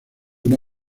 una